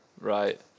right